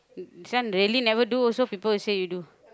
this one really never do also people will say you do